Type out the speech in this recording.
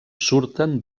surten